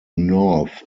north